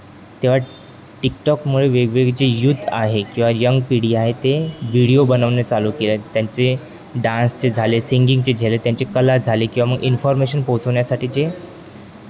तेव्हा टिकटॉकमुळे वेगवेगळी जे युथ आहे किंवा यंग पिढी आहे ते व्हिडिओ बनवणे चालू केले त्यांचे डान्सचे झाले सिंगिंगचे झाले त्यांचे कला झाले किंवा मग इन्फॉर्मेशन पोचवण्यासाठी जे